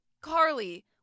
Carly